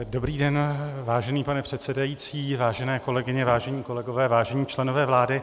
Dobrý den, vážený pane předsedající, vážené kolegyně, vážení kolegové, vážení členové vlády.